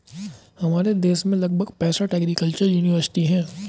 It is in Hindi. हमारे देश में लगभग पैंसठ एग्रीकल्चर युनिवर्सिटी है